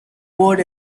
bird